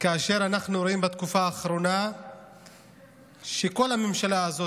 רואים בתקופה האחרונה שכל הממשלה הזאת,